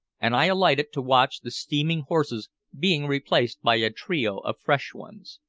and i alighted to watch the steaming horses being replaced by a trio of fresh ones.